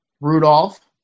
Rudolph